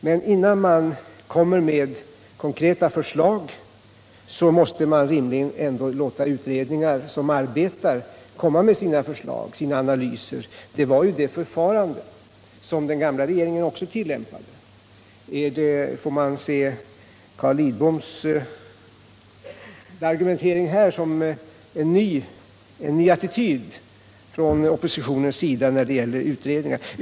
Men innan man framlägger konkreta förslag måste man ändå rimligen låta tillsatta utredningar göra sina analyser och framställa förslag. Det var ett förfarande som också den gamla regeringen tillämpade. Skall man se Carl Lidboms argumentering här som en ny attityd från oppositionens sida till utredningar?